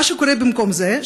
מה שקורה במקום זה,